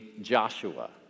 Joshua